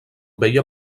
veia